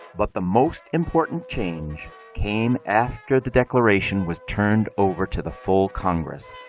but the most important change came after the declaration was turned over to the full congress.